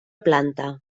planta